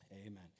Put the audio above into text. amen